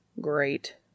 Great